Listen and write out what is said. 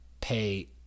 pay